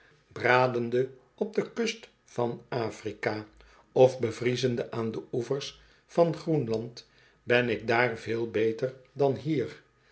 bradende op de kust van afrika of bevriezende aan de oevers van groenland ben ik daar veel beter dan hier